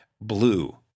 blue